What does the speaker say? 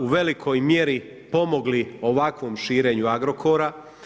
U velikoj mjeri pomogli ovakvom širenju Agrokora.